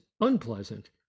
unpleasant